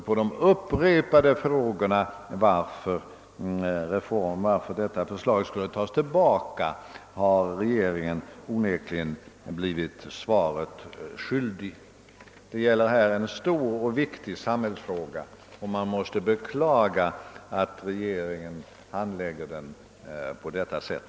På de upprepade frågorna varför förslaget då skulle dras tillbaka har regeringen onekligen blivit svaret skyldig. Det gäller här en stor och för samhället viktig fråga, och man måste beklaga att regeringen handlägger den på detta sätt.